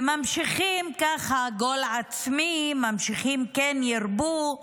וממשיכים ככה: גול עצמי, ממשיכים: כן ירבו,